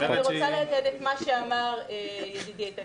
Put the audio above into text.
אני רוצה לחדד את מה שאמר ידידי איתן